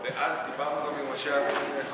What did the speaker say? ואז דיברנו גם עם ראשי ערים ספציפיים,